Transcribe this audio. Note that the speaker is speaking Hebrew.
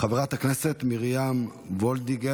חברת הכנסת מרים וולדיגר.